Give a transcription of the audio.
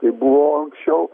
kaip buvo anksčiau